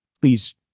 please